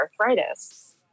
arthritis